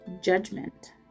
Judgment